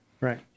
right